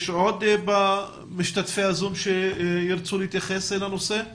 יש עוד משתתפי "זום" שירצו להתייחס לנושא?